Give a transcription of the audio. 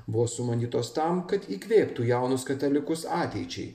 buvo sumanytos tam kad įkvėptų jaunus katalikus ateičiai